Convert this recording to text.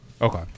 Okay